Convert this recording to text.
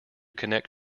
connect